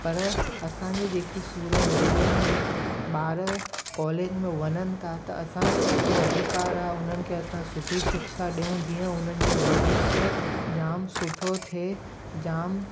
पर असांजी जेकी सूरत ज़िले में ॿार कॉलेज में वञनि था त असांजो पूरो अधिकार आहे उन्हनि खे असां सुठी शिक्षा ॾियो जीअं उन्हनि जो भविष्य जामु सुठो थिए जामु